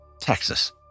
Texas